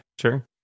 sure